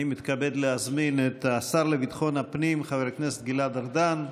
אני מתכבד להזמין את השר לביטחון הפנים חבר הכנסת גלעד ארדן,